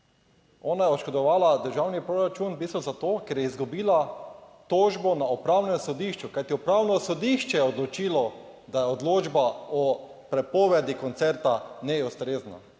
Ona je oškodovala državni proračun v bistvu zato, ker je izgubila tožbo na upravnem sodišču, kajti upravno sodišče je odločilo, da je odločba o prepovedi koncerta neustrezna.